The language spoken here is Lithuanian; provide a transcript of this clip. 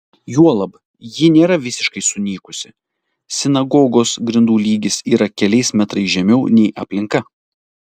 juolab ji nėra visiškai sunykusi sinagogos grindų lygis yra keliais metrais žemiau nei aplinka